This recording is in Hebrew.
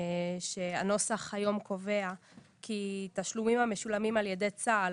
שהנוסח היום קובע כי תשלומים המשולמים על ידי צה"ל